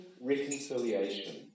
reconciliation